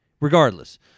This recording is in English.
Regardless